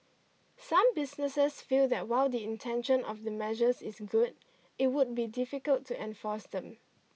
some businesses feel that while the intention of the measures is good it would be difficult to enforce them